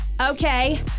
okay